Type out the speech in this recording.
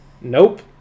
Nope